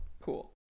Cool